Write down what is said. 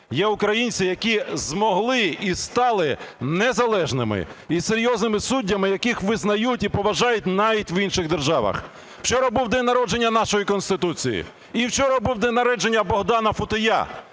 є українці, які змогли і стали незалежними і серйозними суддями, яких визнають і поважають навіть в інших державах. Вчора був День народження нашої Конституції і вчора був день народження Богдана Футея